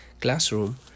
classroom